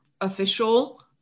official